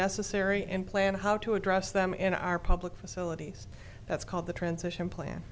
necessary and plan how to address them in our public facilities that's called the transition plan